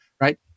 right